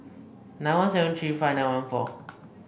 nine one seven three five nine one four